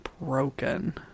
broken